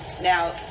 Now